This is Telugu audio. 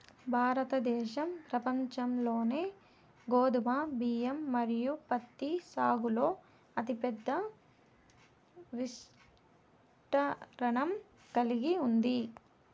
భారతదేశం ప్రపంచంలోనే గోధుమ, బియ్యం మరియు పత్తి సాగులో అతిపెద్ద విస్తీర్ణం కలిగి ఉంది